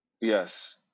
Yes